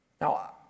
Now